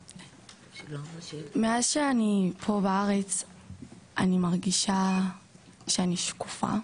2009, מאז שאני פה בארץ אני מרגישה שאני שקופה,